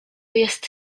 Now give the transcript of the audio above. jest